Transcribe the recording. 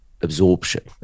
absorption